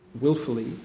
willfully